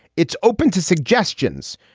it's open to suggestions.